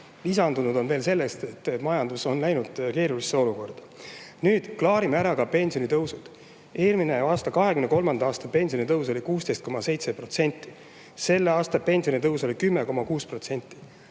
Lisandunud on veel see, et majandus on [sattunud] keerulisse olukorda. Nüüd klaarime ära ka pensionitõusud. Eelmise aasta, 2023. aasta pensionitõus oli 16,7%, selle aasta pensionitõus oli 10,6%